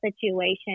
situation